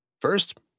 First